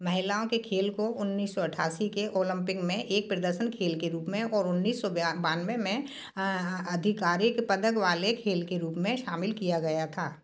महिलाओं के खेल को उन्नीस सौ अट्ठासी के ओलंपिक में एक प्रदर्शन खेल के रूप में और उन्नीस सौ बिया बानवे में आधिकारिक पदक वाले खेल के रूप में शामिल किया गया था